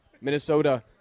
Minnesota